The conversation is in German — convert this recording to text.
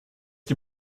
die